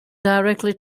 directly